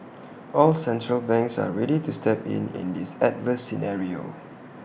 all central banks are ready to step in in this adverse scenario